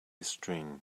string